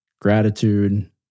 gratitude